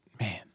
man